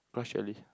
grass jelly